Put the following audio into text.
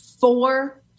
four